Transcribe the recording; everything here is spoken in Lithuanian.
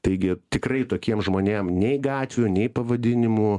taigi tikrai tokiem žmonėm nei gatvių nei pavadinimų